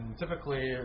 typically